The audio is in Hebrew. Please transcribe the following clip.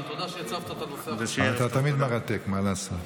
אתה תמיד מרתק, מה לעשות.